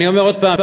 אני אומר עוד הפעם,